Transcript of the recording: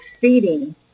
feeding